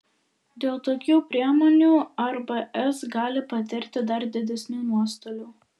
dėl tokių priemonių rbs gali patirti dar didesnių nuostolių